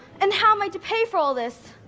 and how am i to pay for all this?